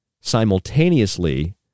simultaneously